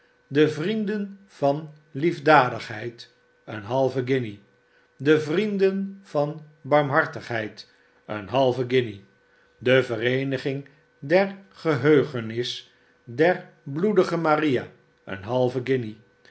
de vrienden van liefdadigheid een halve guinje de vrienden van barmhartigheid een halve guinje de vereeniging ter geheugenis der bloedige maria een halve